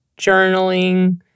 journaling